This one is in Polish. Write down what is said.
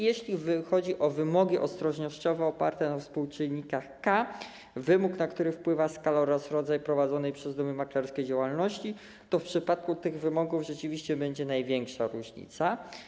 Jeśli chodzi o wymogi ostrożnościowe oparte na współczynnikach K, wymogi, na które wpływa skala oraz rodzaj prowadzonej przez domy maklerskie działalności, to w przypadku tych wymogów rzeczywiście będzie największa różnica.